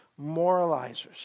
Moralizers